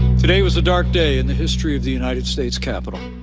today was a dark day in the history of the united states capitol.